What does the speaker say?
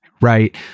Right